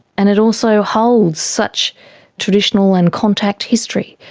and it also holds such traditional and contact history.